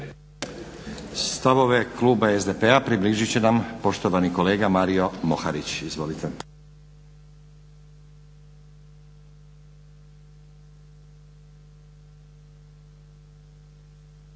Stavove kluba SDP-a približit će nam poštovani kolega Mario Moharić. Izvolite.